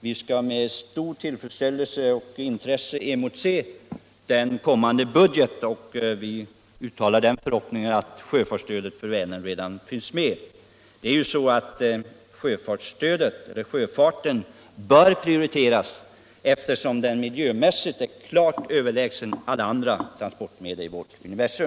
Vi skall med stort intresse emotse den kommande budgeten, och vi uttalar förhoppningen att sjöfartsstödet för Vänern redan finns med i beräkningarna. Sjöfarten bör ju prioriteras, eftersom den miljömässigt är klart överlägsen alla andra transportmedel i vårt universum.